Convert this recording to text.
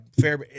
fair